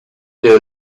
der